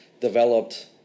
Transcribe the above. developed